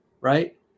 right